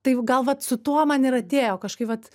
tai gal vat su tuo man ir atėjo kažkaip vat